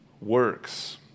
works